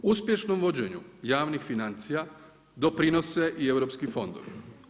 Uspješnom vođenju javnih financija, doprinosi i europski fondovi.